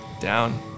Down